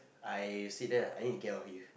I sit there lah I need to get out of here